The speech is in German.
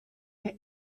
der